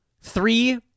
Three